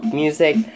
music